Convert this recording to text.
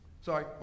Sorry